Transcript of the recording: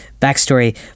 backstory